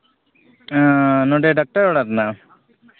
ᱱᱚᱸᱰᱮ ᱰᱟᱠᱛᱚᱨ ᱚᱲᱟᱜ ᱨᱮᱱᱟᱜ